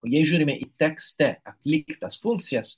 o jei žiūrime į tekste atliktas funkcijas